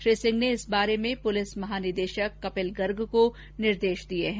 श्री सिंह ने इस बारे में पुलिस महानिदेशक कपिल गर्ग को निर्देश दिए हैं